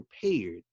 prepared